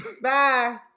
Bye